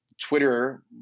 twitter